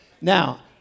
Now